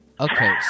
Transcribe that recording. Okay